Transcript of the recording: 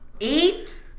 Eight